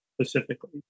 specifically